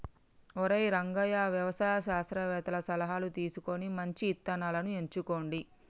ఒరై రంగయ్య వ్యవసాయ శాస్త్రవేతల సలహాను తీసుకొని మంచి ఇత్తనాలను ఎంచుకోండి